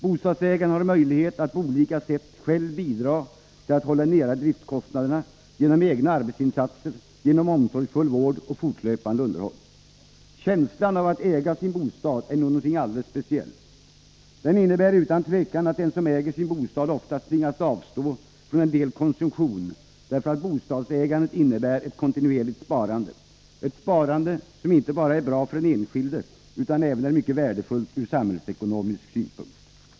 Bostadsägaren har möjlighet att på olika sätt själv bidra till att hålla nere driftkostnaderna genom egna arbetsinsatser, omsorgsfull vård och fortlöpande underhåll. Känslan av att äga bostaden är nog någonting alldeles speciellt. Utan tvivel tvingas den som äger sin bostad oftast avstå från en del konsumtion därför att bostadsägandet innebär ett kontinuerligt sparande; ett sparande som inte bara är bra för den enskilde utan även är mycket värdefullt ur samhällsekonomisk synpunkt.